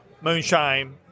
moonshine